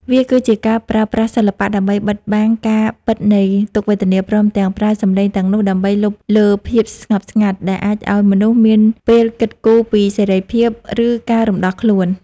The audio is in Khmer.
វាគឺជាការប្រើប្រាស់សិល្បៈដើម្បីបិទបាំងការពិតនៃទុក្ខវេទនា ព្រមទាំងប្រើសម្លេងទាំងនោះដើម្បីលុបលើភាពស្ងប់ស្ងាត់ ដែលអាចឱ្យមនុស្សមានពេលគិតគូរពីសេរីភាព ឬការរំដោះខ្លួន។